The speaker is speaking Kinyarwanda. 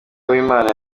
uwimana